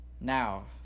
now